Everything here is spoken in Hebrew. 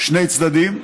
שני צדדים,